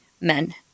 men